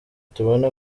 tubona